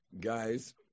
Guys